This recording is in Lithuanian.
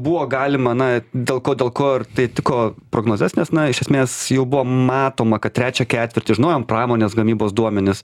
buvo galima na dėl ko dėl ko ir tai tiko prognozes nes na iš esmės jau buvo matoma kad trečią ketvirtį žinojom pramonės gamybos duomenis